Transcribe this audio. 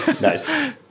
nice